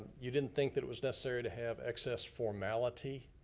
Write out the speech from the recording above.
you didn't think that it was necessary to have excess formality.